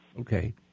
Okay